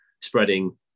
spreading